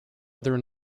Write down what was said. other